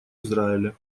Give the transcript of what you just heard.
израиля